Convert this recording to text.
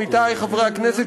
עמיתי חברי הכנסת,